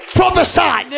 prophesy